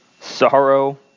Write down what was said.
Sorrow